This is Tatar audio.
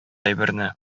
әйберне